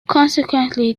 consequently